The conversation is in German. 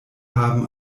haben